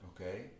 okay